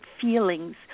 feelings